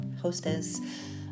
hostess